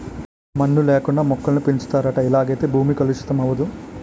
మన్ను లేకుండా మొక్కలను పెంచుతారట ఇలాగైతే భూమి కలుషితం అవదు